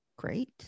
Great